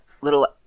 little